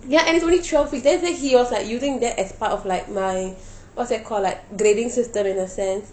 ya and it's only twelve weeks then after that he was like using that as part of like my what's that called like grading system in a sense